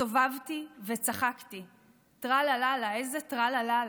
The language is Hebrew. סובבתי וצחקתי טרללה, איזה טרללה.